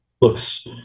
looks